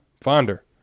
Fonder